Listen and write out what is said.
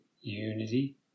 unity